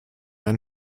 ein